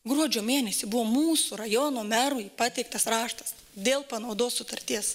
gruodžio mėnesį buvo mūsų rajono merui pateiktas raštas dėl panaudos sutarties